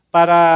Para